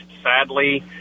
sadly